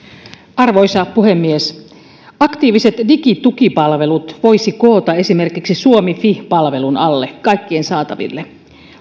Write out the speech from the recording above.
arvoisa puhemies aktiiviset digitukipalvelut voisi koota esimerkiksi suomi fi palvelun alle kaikkien saataville